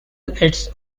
its